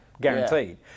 guaranteed